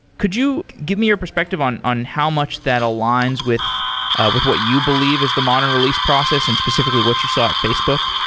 could you give me your perspective on on how much that aligns with with what you believe is the modern release process and specifically what you saw at facebook?